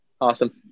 awesome